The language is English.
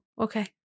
okay